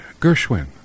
Gershwin